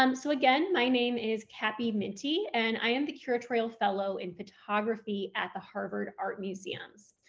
um so again, my name is kathy mintie, and i am the curatorial fellow in photography at the harvard art museums,